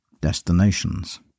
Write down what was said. destinations